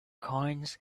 coins